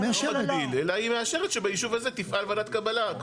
אלא היא מאשרת שביישוב הזה תפעל ועדת קבלה.